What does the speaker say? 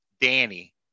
Danny